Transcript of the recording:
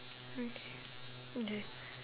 mm okay